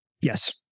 Yes